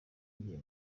ngiye